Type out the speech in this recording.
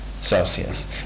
Celsius